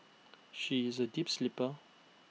she is A deep sleeper